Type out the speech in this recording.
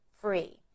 free